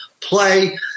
play